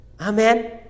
Amen